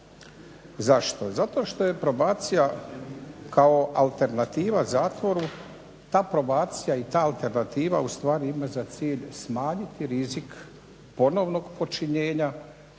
Zašto? Zato što je probacija kao alternativa zatvoru, ta probacija i ta alternativa ustvari ima za cilj smanjiti rizik ponovnog počinjenja